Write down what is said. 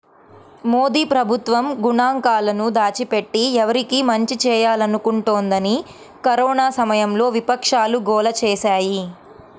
మోదీ ప్రభుత్వం గణాంకాలను దాచిపెట్టి, ఎవరికి మంచి చేయాలనుకుంటోందని కరోనా సమయంలో విపక్షాలు గోల చేశాయి